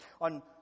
on